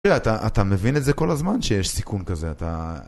אתה מבין את זה כל הזמן שיש סיכון כזה, אתה...